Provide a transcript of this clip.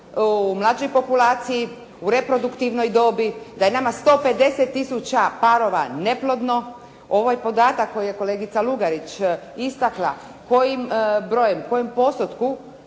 u mlađoj populaciji, u reproduktivnoj dobi. Da je nama 150 tisuća parova neplodno. Ovo je podatak koji je kolegica Lugarić istakla kojim brojem, u kojem postotku